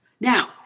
Now